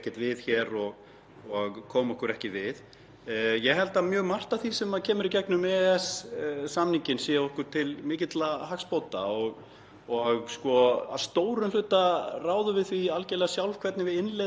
og að stórum hluta ráðum við því algerlega sjálf hvernig við innleiðum það sem þar er gert. Maður hefur heyrt talað um það hér í þessum sal að gullhúðun sé vandamál. Það tiltekna hugtak